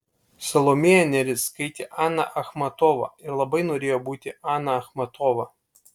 salomėja nėris skaitė aną achmatovą ir labai norėjo būti ana achmatova